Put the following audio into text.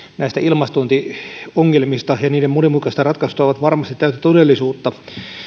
näistä ilmastointiongelmista ja niiden monimutkaisista ratkaisuista ovat varmasti täyttä todellisuutta